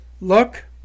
look